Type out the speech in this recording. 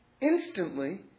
instantly